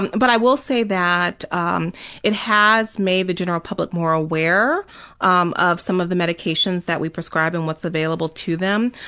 and but i will say that um it has made the general public more aware um of some of the medications that we prescribe and what's available to them.